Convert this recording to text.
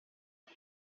hoy